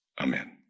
Amen